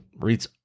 reads